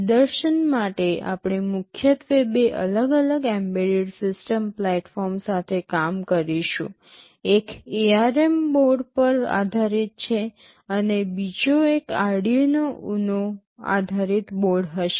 નિદર્શન માટે આપણે મુખ્યત્વે બે અલગ અલગ એમ્બેડેડ સિસ્ટમ પ્લેટફોર્મ સાથે કામ કરીશું એક ARM બોર્ડ પર આધારિત છે અને બીજો એક Arduino Uno આધારિત બોર્ડ હશે